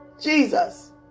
Jesus